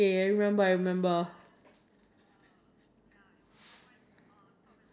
or maybe a situation like embarrassing uh embarrassing situation